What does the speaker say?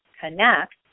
Connect